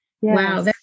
Wow